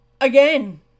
Again